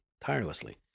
tirelessly